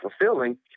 fulfilling